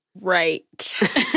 Right